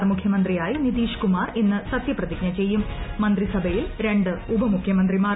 ബിഹാർ മുഖ്യമന്ത്രിയായി നിതീഷ് കുമാർ ഇന്ന് സത്യപ്രതിജ്ഞ ചെയ്യും മന്ത്രിസഭയിൽ രണ്ട് ഉപമുഖൃമിന്തിമാർ